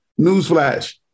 newsflash